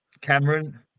Cameron